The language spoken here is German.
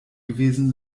gewesen